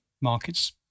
markets